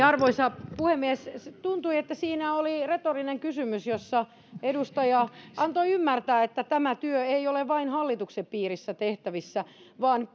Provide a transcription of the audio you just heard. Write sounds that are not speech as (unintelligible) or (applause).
(unintelligible) arvoisa puhemies tuntui että siinä oli retorinen kysymys jossa edustaja antoi ymmärtää että tämä työ ei ole vain hallituksen piirissä tehtävissä vaan (unintelligible)